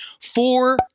four